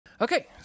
Okay